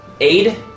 aid